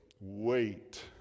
Wait